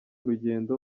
rugendo